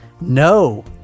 No